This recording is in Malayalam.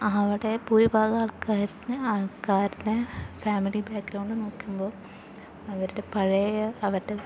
അവിടെ ഭൂരിഭാഗം ആൾക്കാരിന് ആൾക്കാരുടെ ഫാമിലി ബാക്ക്ഗ്രൌണ്ട് നോക്കുമ്പോൾ അവരുടെ പഴയ അവരുടെ